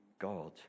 God